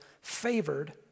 favored